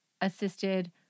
assisted